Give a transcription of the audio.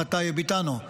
שמשפחת טייב איתנו.